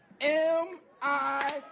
M-I